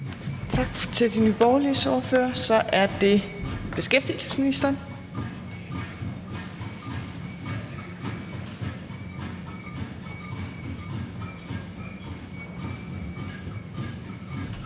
Tak til Nye Borgerliges ordfører. Så er det beskæftigelsesministeren.